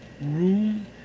room